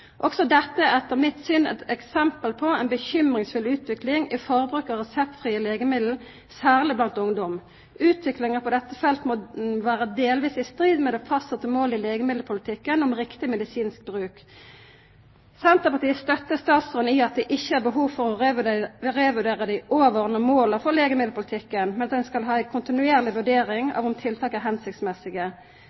Også dette er etter mitt syn eit eksempel på ei bekymringsfull utvikling i forbruket av reseptfrie legemiddel, særleg blant ungdom. Utviklinga på dette feltet må vera delvis i strid med det fastsette målet i legemiddelpolitikken om riktig medisinsk bruk. Senterpartiet støttar statsråden i at det ikkje er behov for å revurdera dei overordna måla for legemiddelpolitikken, men at ein skal ha ei kontinuerleg vurdering av om